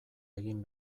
egin